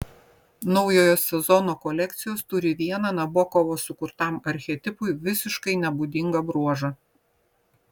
naujojo sezono kolekcijos turi vieną nabokovo sukurtam archetipui visiškai nebūdingą bruožą